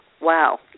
wow